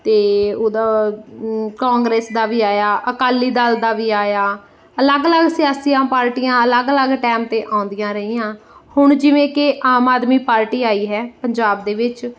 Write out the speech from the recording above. ਅਤੇ ਉਹਦਾ ਕਾਂਗਰਸ ਦਾ ਵੀ ਆਇਆ ਅਕਾਲੀ ਦਲ ਦਾ ਵੀ ਆਇਆ ਅਲੱਗ ਅਲੱਗ ਸਿਆਸੀਆਂ ਪਾਰਟੀਆਂ ਅਲੱਗ ਅਲੱਗ ਟਾਈਮ 'ਤੇ ਆਉਂਦੀਆਂ ਰਹੀਆਂ ਹੁਣ ਜਿਵੇਂ ਕਿ ਆਮ ਆਦਮੀ ਪਾਰਟੀ ਆਈ ਹੈ ਪੰਜਾਬ ਦੇ ਵਿੱਚ